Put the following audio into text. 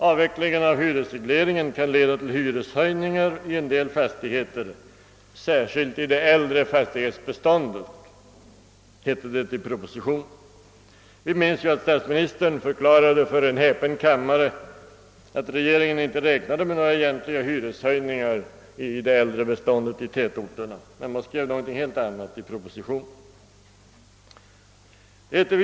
Avvecklingen av hyresregleringen kan leda till hyreshöjningar i en del fastigheter, särskilt i det äldre fastighetsbeståndet, hette det i propositionen. Vi minns ju att statsministern för en häpen kammare förklarade, att regeringen inte räknade med några egentliga hyreshöjningar i tätorternas äldre bestånd, medan det däremot skrivits någonting helt annat i propositionen.